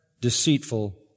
deceitful